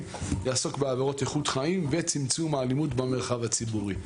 יעסוק בעבירות איכות חיים וצמצום האלימות במרחב הציבורי.